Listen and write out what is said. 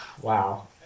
Wow